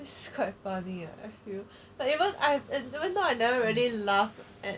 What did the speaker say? office quite funny ah I feel like even I even though I never really laugh at